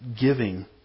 giving